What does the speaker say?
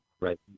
Right